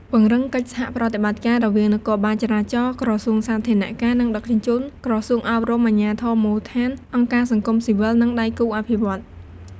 ពង្រឹងកិច្ចសហប្រតិបត្តិការ រវាងនគរបាលចរាចរណ៍ ក្រសួងសាធារណការ និងដឹកជញ្ជូន ក្រសួងអប់រំ អាជ្ញាធរមូលដ្ឋាន អង្គការសង្គមស៊ីវិល និងដៃគូអភិវឌ្ឍន៍។